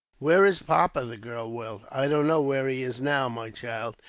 where is papa? the girl wailed. i don't know where he is now, my child.